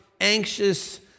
anxious